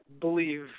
believe